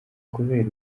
kubera